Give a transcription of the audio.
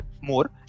more